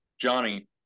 johnny